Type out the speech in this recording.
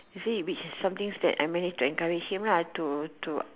you say which is something which I managed to encourage him lah to to